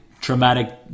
traumatic